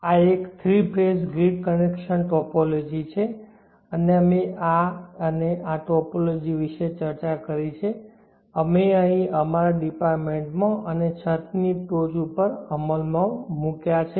આ એક three phase grid connection topology છે અમે આ અને આ ટોપોલોજી વિશે ચર્ચા કરી છે અમે અહીં અમારા ડિપાર્ટમેન્ટમાં અને છત ની ટોચ પર અમલમાં મૂક્યા છે